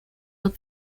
los